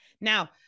Now